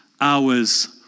hours